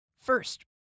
First